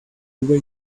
who